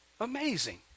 Amazing